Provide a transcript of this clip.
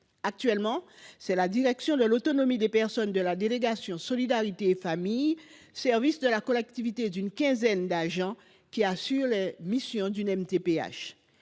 Actuellement, c’est la direction de l’autonomie des personnes (DAP) de la délégation Solidarité et Familles (DSF), service de la collectivité composé d’une quinzaine d’agents, qui assure les missions d’une MTPH.